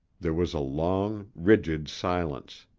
there was a long, rigid silence.